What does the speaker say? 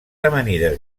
amanides